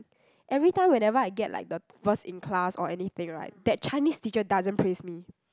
every time whenever I get like the first in class or anything right that Chinese teacher doesn't praise me